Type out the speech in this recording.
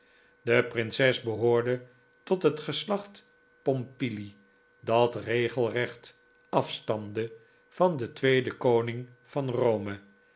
de prinses behoorde tot het geslacht pompili dat regelrecht afstamde van den tweeden koning van rome